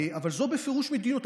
אבל זאת בפירוש מדיניות.